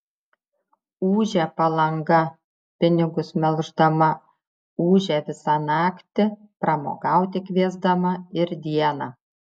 ūžia palanga pinigus melždama ūžia visą naktį pramogauti kviesdama ir dieną